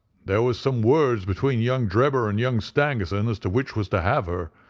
there was some words between young drebber and young stangerson as to which was to have her.